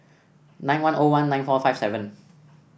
nine one O one nine four five seven